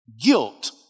guilt